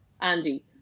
Andy